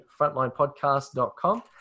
frontlinepodcast.com